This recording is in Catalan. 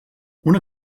una